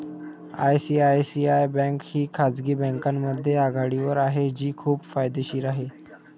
ICICI bank ही खाजगी बँकांमध्ये आघाडीवर आहे जी खूप फायदेशीर आहे